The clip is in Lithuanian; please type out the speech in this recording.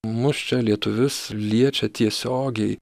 mus čia lietuvius liečia tiesiogiai